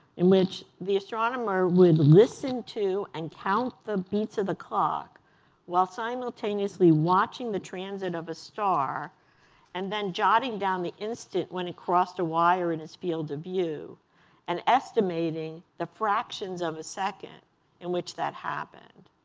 in which the astronomer would to listen to and count the beats of the clock while simultaneously watching the transit of a star and then jotting down the instant when it crossed a wire in his field of view and estimating the fractions of a second in which that happened.